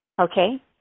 Okay